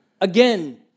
again